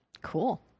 Cool